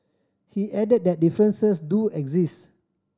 he added that differences do exist